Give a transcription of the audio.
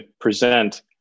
present